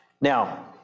Now